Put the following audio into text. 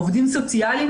עובדים סוציאליים,